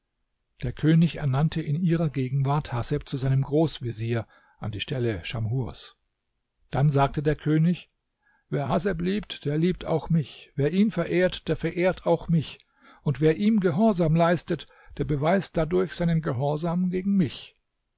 der könig ernannte in ihrer gegenwart haseb zu seinem großvezier an die stelle schamhurs dann sagte der könig wer haseb liebt der liebt auch mich wer ihn verehrt der verehrt auch mich und wer ihm gehorsam leistet der beweist dadurch seinen gehorsam gegen mich